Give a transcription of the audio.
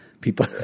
people